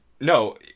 No